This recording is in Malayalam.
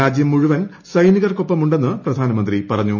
രാജ്യം മുഴുവൻ സൈനികർക്കൊപ്പമുണ്ടെന്ന് പ്രധാനമന്ത്രി പറഞ്ഞു